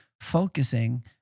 focusing